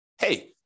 hey